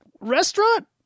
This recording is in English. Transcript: restaurant